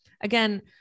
again